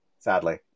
Sadly